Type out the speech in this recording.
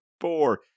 four